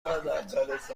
میداد